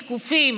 זקופים.